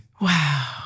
Wow